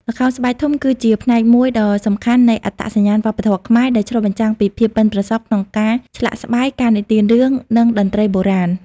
ល្ខោនស្បែកធំគឺជាផ្នែកមួយដ៏សំខាន់នៃអត្តសញ្ញាណវប្បធម៌ខ្មែរ ដែលឆ្លុះបញ្ចាំងពីភាពប៉ិនប្រសប់ក្នុងការឆ្លាក់ស្បែក ការនិទានរឿង និងតន្ត្រីបុរាណ ។